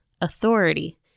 authority